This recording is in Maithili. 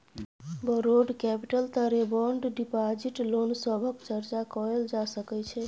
बौरोड कैपिटल तरे बॉन्ड डिपाजिट लोन सभक चर्चा कएल जा सकइ छै